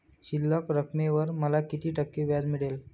शिल्लक रकमेवर मला किती टक्के व्याज मिळेल?